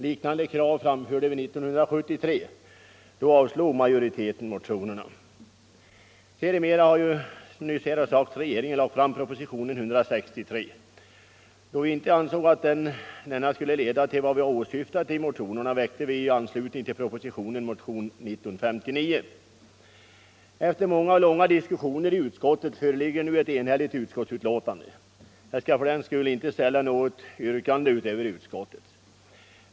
Liknande krav framförde vi 1973. Då avslog majoriteten motionerna. Sedermera har regeringen, som också nyss påpekats, lagt fram propositionen 163, som berör dessa frågor. Då vi ej ansåg att denna skulle leda till det resultat vi åsyftat i motionerna, väckte vi i anslutning till propositionen motionen 1959 från centern. Efter många och långa diskussioner i utskottet föreligger nu ett enhälligt utskottsbetänkande. Jag skall fördenskull ej ställa något yrkande utöver utskottets.